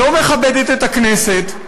לא מכבדת את הכנסת,